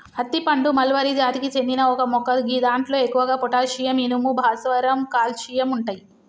అత్తి పండు మల్బరి జాతికి చెందిన ఒక మొక్క గిదాంట్లో ఎక్కువగా పొటాషియం, ఇనుము, భాస్వరం, కాల్షియం ఉంటయి